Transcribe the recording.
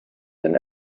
than